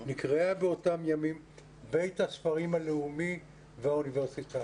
נקראה באותם ימים 'בית הספרים הלאומי והאוניברסיטאי',